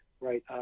right